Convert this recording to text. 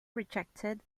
rejected